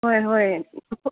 ꯍꯣꯏ ꯍꯣꯏ